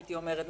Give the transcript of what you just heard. הייתי אומרת,